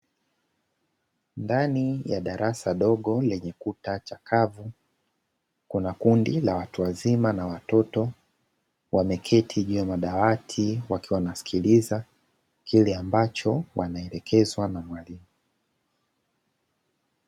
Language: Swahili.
Ndani ya darasa dogo lenye kuta chakavu, kuna kundi la watu wazima na watoto wameketi juu ya madawati wakiwa wanasikiliza kile ambacho wanaelekezwa na mwalimu.